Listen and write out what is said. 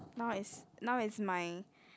now is now is my